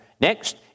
Next